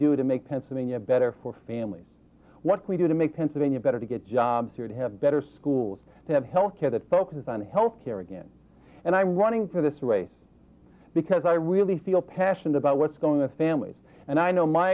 do to make pennsylvania better for families what we do to make pennsylvania better to get jobs or to have better schools to have health care that focus on health care again and i'm running for this race because i really feel passionate about what's going to families and i know my